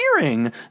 hearing